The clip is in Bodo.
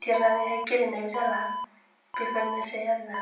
देरनानैहाय गेलेनायबो जाला बेफोरनोसै आरो ना